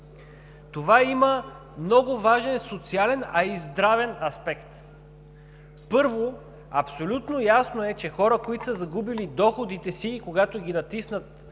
Това има много важен социален, а и здравен аспект. Първо, абсолютно ясно е, че хора, които са загубили доходите си, когато ги натиснат